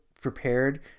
prepared